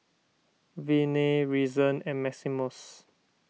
Viney Reason and Maximus